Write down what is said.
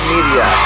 Media